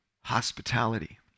hospitality